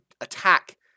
attack